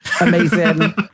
Amazing